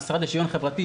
המשרד לשוויון חברתי,